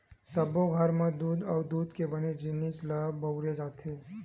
सब्बो घर म दूद अउ दूद के बने जिनिस ल बउरे जाथे